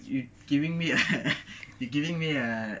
you giving me err you giving me a